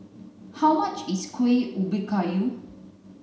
how much is Kueh Ubi Kayu